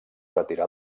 retirà